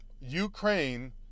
Ukraine